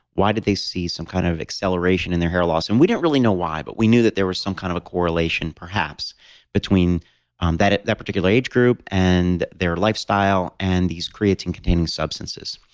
why did they see some kind of acceleration in their hair loss. and we didn't really know why but we knew that there was some kind of a correlation perhaps between um that that particular age group, and their lifestyle, and these creatinecontaining substances.